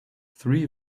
three